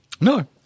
No